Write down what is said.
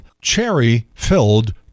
cherry-filled